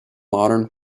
modern